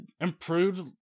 improved